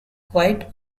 quite